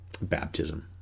baptism